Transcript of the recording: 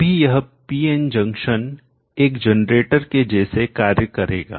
तभी यह PN junction एक जनरेटर के जैसे कार्य करेगा